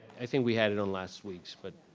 i think we had it on last week's, but,